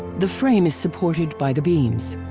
the frame is supported by the beams.